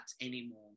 anymore